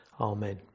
Amen